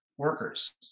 Workers